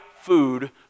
food